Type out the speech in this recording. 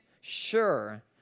sure